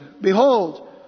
Behold